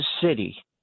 city –